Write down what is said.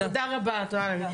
תודה רבה יוליה.